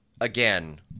again